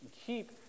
keep